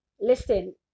Listen